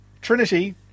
Trinity